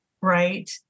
right